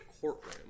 courtroom